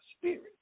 spirit